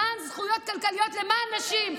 למען זכויות כלכליות, למען נשים,